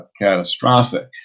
catastrophic